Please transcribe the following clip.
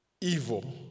evil